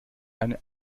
eine